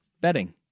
Betting